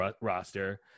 roster